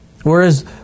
Whereas